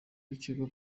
w’ikigo